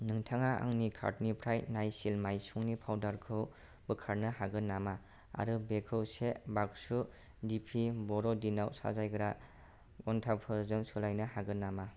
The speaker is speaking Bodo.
नोंथाङा आंनि कार्टनिफ्राय नाइसिल मायसुंनि पाउदारखौ बोखारनो हागोन नामा आरो बेखौ से बाक्सु दिपि बर'दिनाव साजायग्रा घन्टाफोरजों सोलायनो हागोन नामा